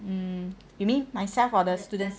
um you mean myself or the students